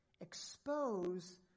expose